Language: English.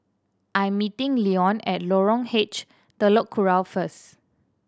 I am meeting Leone at Lorong H Telok Kurau first